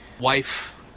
wife